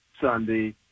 Sunday